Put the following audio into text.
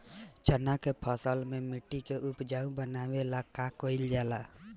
चन्ना के फसल में मिट्टी के उपजाऊ बनावे ला का कइल जाला?